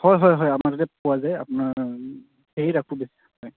হয় হয় হয় আমাৰ ইয়াতে পোৱা যায় আপোনাৰ সেয়ে ৰাখো বেছি হয়